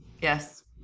yes